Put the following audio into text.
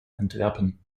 antwerpen